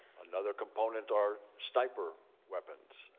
another component our sniper weapons.